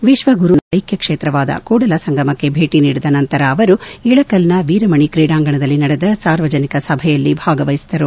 ವಿಶ್ವ ಗುರು ಬಸವಣ್ಣನವರ ಐಕ್ಕ ಕ್ಷೇತ್ರವಾದ ಕೂಡಲಸಂಗಮಕ್ಕೆ ಭೇಟಿ ನೀಡಿದ ನಂತರ ಅವರು ಇಳಕಲ್ನ ವೀರಮಣಿ ಕ್ರೀಡಾಂಗಣದಲ್ಲಿ ನಡೆದ ಸಾರ್ವಜನಿಕ ಸಭೆಯಲ್ಲಿ ಭಾಗವಹಿಸಿದರು